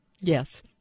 Yes